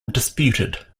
disputed